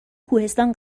کوهستان